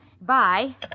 Bye